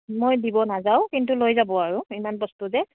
মই দিব নাযাওঁ কিন্তু লৈ যাব আৰু ইমান বস্তু যে